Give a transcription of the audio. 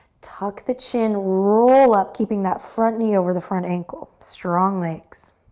tuck the chin, roll up, keeping that front knee over the front ankle. strong legs.